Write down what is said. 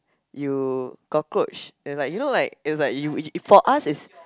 you cockroach and like you know like it's like you for us is